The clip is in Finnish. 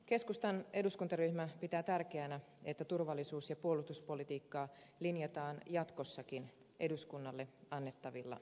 keskustan eduskuntaryhmä pitää tärkeänä että turvallisuus ja puolustuspolitiikkaa linjataan jatkossakin eduskunnalle annettavilla selonteoilla